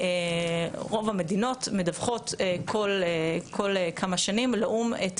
רוב המדינות מדווחות כל כמה שנים לאו"ם את